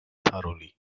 thoroughly